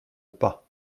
pas